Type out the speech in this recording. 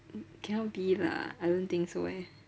cannot be lah I don't think so eh